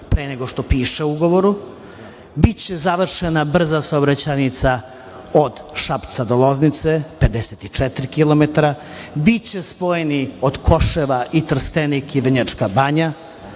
pre nego što piše u ugovoru. Biće završena brza saobraćajnica od Šapca do Loznice 54 kilometra. Biće spojeni od Koševa i Trstenik i Vrnjačka Banja,